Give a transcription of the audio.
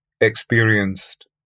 experienced